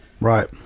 right